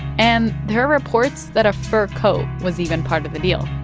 and there are reports that a fur coat was even part of the deal.